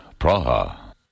Praha